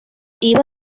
iba